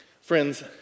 Friends